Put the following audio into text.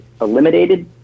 eliminated